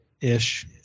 ish